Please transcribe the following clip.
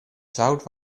zout